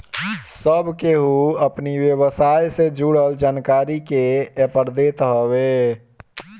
सब केहू अपनी व्यवसाय से जुड़ल जानकारी के एपर देत हवे